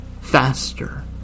faster